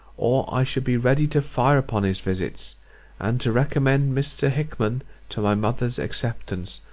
or i should be ready to fire upon his visits and to recommend mr. hickman to my mother's acceptance,